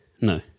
no